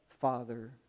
Father